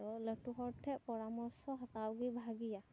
ᱞᱟᱹᱴᱩ ᱦᱚᱲ ᱴᱷᱮᱱ ᱯᱚᱨᱟᱢᱚᱨᱥᱚ ᱦᱟᱛᱟᱣ ᱜᱮ ᱵᱷᱟᱹᱜᱤᱭᱟ